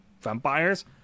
vampires